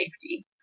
safety